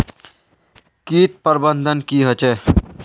किट प्रबन्धन की होचे?